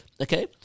okay